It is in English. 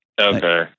Okay